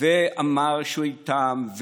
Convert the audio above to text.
ואמר שהוא איתם,